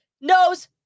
nose